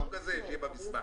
משהו כזה, שיהיה במסמך.